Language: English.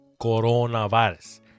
Coronavirus